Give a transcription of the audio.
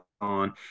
on